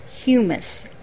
humus